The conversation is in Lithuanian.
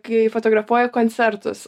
kai fotografuoja koncertus